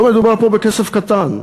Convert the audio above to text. לא מדובר פה בכסף קטן.